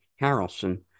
Harrelson